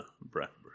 Bradbury